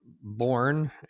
born